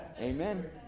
Amen